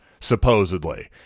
supposedly